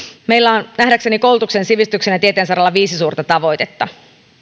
meillä on nähdäkseni koulutuksen sivistyksen ja tieteen saralla viisi suurta tavoitetta